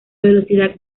velocidad